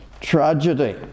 tragedy